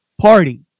party